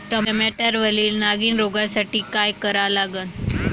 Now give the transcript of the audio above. टमाट्यावरील नागीण रोगसाठी काय करा लागन?